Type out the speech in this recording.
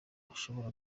ushobora